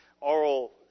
oral